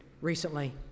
recently